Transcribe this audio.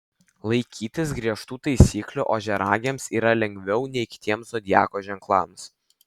laikytis griežtų taisyklių ožiaragiams yra lengviau nei kitiems zodiako ženklams